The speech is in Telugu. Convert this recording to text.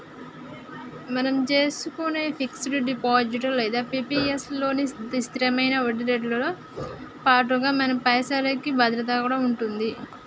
మనం చేసుకునే ఫిక్స్ డిపాజిట్ లేదా పి.పి.ఎస్ లలో స్థిరమైన వడ్డీరేట్లతో పాటుగా మన పైసలకి భద్రత కూడా ఉంటది